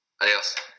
Adios